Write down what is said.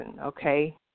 okay